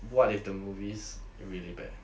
what if the movies really bad